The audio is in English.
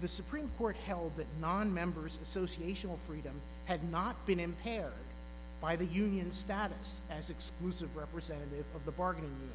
the supreme court held that nonmembers association with freedom had not been impaired by the union status as exclusive representative of the bargain in